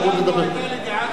זה לא העניין.